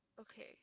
Okay